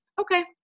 okay